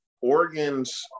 Oregon's